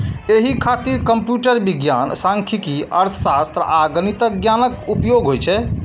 एहि खातिर कंप्यूटर विज्ञान, सांख्यिकी, अर्थशास्त्र आ गणितक ज्ञानक उपयोग होइ छै